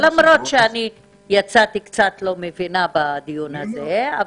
למרות שאני יצאתי קצת לא מבינה בדיון הזה,